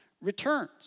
returns